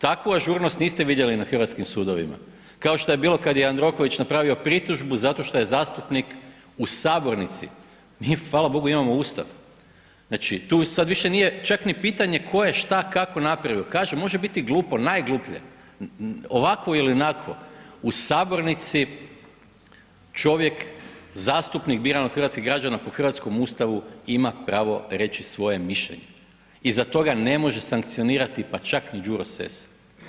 Takvu ažurnost niste vidjeli na hrvatskim sudovima kao što je bilo kad je Jandroković napravio pritužbu zato što je zastupnik u sabornici, mi hvala bogu imamo Ustav, znači tu sad više nije čak ni pitanje ko je šta kako napravio, kažem, može biti glupo, najgluplje, ovako ili onako, u sabornici čovjek, zastupnik biran od hrvatskih građana po hrvatskom Ustavu ima pravo reći svoje mišljenje i za to ga ne može sankcionirati pa čak ni Đuro Sesa.